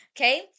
Okay